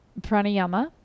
pranayama